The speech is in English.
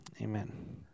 Amen